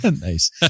nice